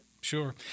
Sure